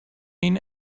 mean